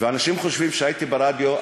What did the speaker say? ואנשים חושבים שהייתי ברדיו,